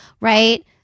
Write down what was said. right